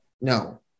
No